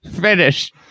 finish